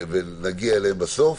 נגיע אליהם בסוף,